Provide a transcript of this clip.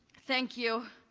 thank you.